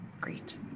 Great